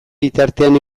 bitartean